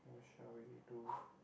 shall we do